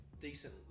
decent